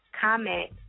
comment